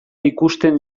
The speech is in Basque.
ikusten